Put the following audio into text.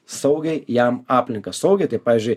saugiai jam aplinką saugiai tai pavyzdžiui